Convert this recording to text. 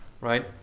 right